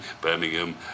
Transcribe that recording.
Birmingham